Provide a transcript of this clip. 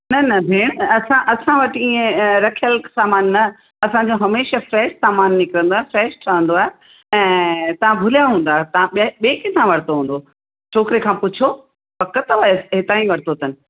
न न भेण त असां असां वटि ईअं अ रखियल सामान न असांजो हमेशह फ्रेश सामान निकिरींदो आहे फ्रेश ठहंदो आहे ऐं तव्हां भुलिया हूंदा तव्हां ॿिए ॿिए कंहिंसां वरितो हूंदो छोकिरे खां पुछो पक अथव हितां ई वरितो अथन